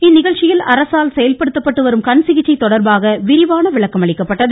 இந்நிகழ்ச்சியில் அரசால் செயல்படுத்தப்பட்டு வரும் கண் சிகிச்சை தொடர்பாக விரிவான விளக்கமளிக்கப்பட்டது